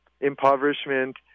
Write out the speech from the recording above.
impoverishment